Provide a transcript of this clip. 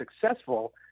successful